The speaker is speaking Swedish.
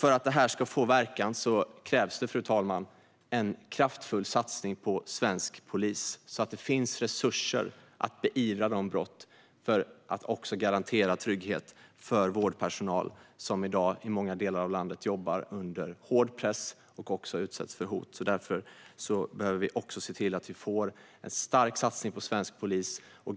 För att detta ska få verkan krävs det, fru talman, en kraftfull satsning på svensk polis för att det ska finnas resurser för att beivra dessa brott och för en garanterad trygghet för vårdpersonal som i dag i många delar av landet jobbar under hård press och utsätts för hot. Därför bör vi se till att det blir en stark satsning på svensk polis.